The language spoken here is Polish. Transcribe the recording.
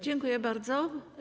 Dziękuję bardzo.